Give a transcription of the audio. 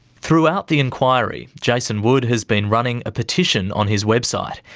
throughout the inquiry, jason wood has been running a petition on his website,